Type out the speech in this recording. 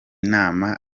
nama